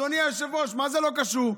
אדוני היושב-ראש, מה זה לא קשור?